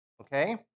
Okay